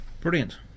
Brilliant